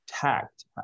tact